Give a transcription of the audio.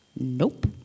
Nope